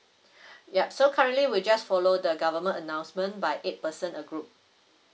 ya so currently we just follow the government announcement by eight person a group